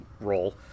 role